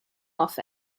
off